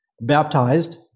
baptized